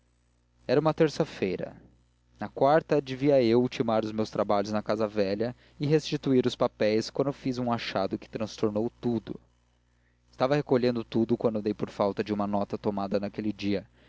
era uma terça-feira na quarta devia eu ultimar os meus trabalhos na casa velha e restituir os papéis quando fiz um achado que transtornou tudo capítulo x estava recolhendo tudo quando dei por falta de uma nota tomada naquele dia